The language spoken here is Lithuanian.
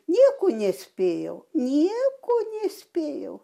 nieko nespėjau nieko nespėjau